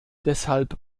deshalb